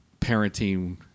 parenting